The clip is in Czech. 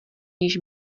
níž